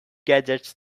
gadgets